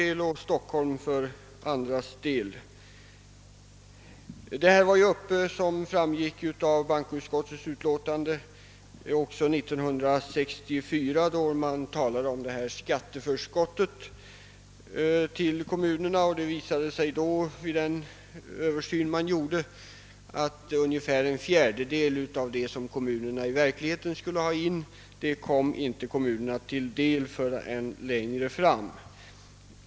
Denna fråga var föremål för diskussion också 1964, såsom framgick av bankoutskottets utlåtande, nr 45/1966, då man talade om skatteförskottet till kommunerna, Det visade sig vid den översyn man då gjorde, att ungefär en fjärdedel av det som kommunerna i verkligheten skulle ha in inte kom kommunerna till del förrän längre fram.